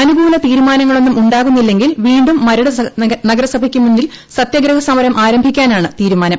അനുകൂലതീരുമാനങ്ങളെടുന്നും ഉണ്ടാകുന്നില്ലെങ്കിൽ വീണ്ടും മരട് നഗരസഭയ്ക്ക് മുന്നീൽ സത്യഗ്രഹ സമരം ആരംഭിക്കാനാണ് തീരുമാനം